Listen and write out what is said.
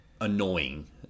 Annoying